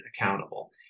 accountable